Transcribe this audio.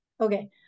Okay